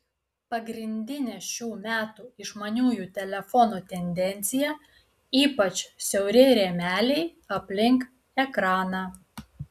pagrindinė šių metų išmaniųjų telefonų tendencija ypač siauri rėmeliai aplink ekraną